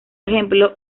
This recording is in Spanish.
ejemplo